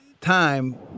time